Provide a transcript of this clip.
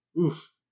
oof